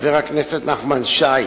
חבר הכנסת נחמן שי,